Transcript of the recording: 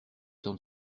temps